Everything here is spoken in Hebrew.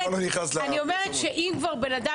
אנחנו לא רוצים שיבואו עכשיו לאיכילוב אנשים